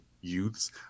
youths